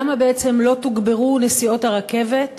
4. למה בעצם לא תוגברו נסיעות הרכבת,